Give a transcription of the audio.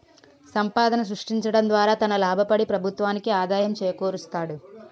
సంపాదన సృష్టించడం ద్వారా తన లాభపడి ప్రభుత్వానికి ఆదాయం చేకూరుస్తాడు